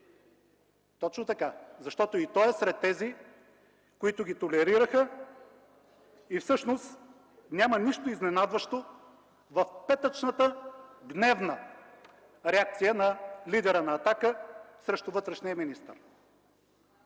Точно така! Защото и той е сред тези, които ги толерираха, и всъщност няма нищо изненадващо в петъчната гневна реакция на лидера на „Атака” срещу вътрешния министър.